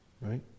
Right